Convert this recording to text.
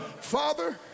Father